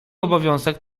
obowiązek